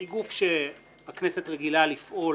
היא גוף שהכנסת רגילה לפעול,